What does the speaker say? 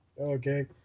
Okay